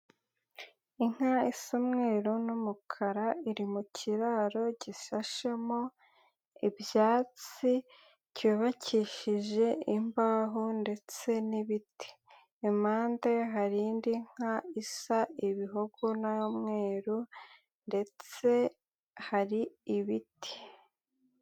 Inka isa umweru n'umukara iri mu kiraro gishashemo ibyatsi, cyubakishije imbaho ndetse n'ibiti. Impande hari indi nka isa ibihogo n'umweru ndetse hari ibiti.